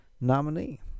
nominee